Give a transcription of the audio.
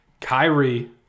Kyrie